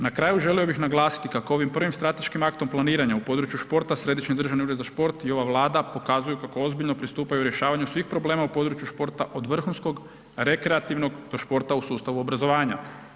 Na kraju želio bih naglasiti kako ovim prvim strateškim aktom planiranja u području športa Središnji državni ured za šport i ova Vlada pokazuju kako ozbiljno pristupaju rješavanju svih problema u području športa od vrhunskog, rekreativnog do športa u sustavu obrazovanja.